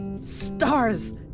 Stars